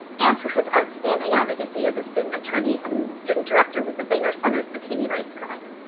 and for his outstanding advocacy as a student attorney and student director with the binger center's detainee rights clinic.